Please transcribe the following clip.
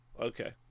Okay